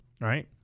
right